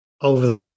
over